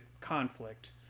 conflict